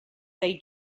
they